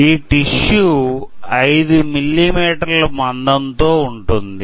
ఈ టిష్యూ 5 మిల్లీ మీటర్లు మందం తో ఉంటుంది